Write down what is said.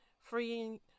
freeing